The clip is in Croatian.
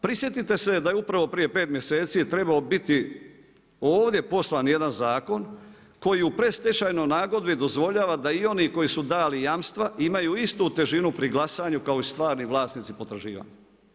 Prisjetite se da je upravo prije 5 mjeseci trebao biti ovdje poslan jedan zakon koji u predstečajnoj nagodbi dozvoljavava da i oni koji su dali jamstva imaju istu težinu pri glasanju kao i stvarni vlasnici potraživanja.